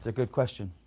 ah good question.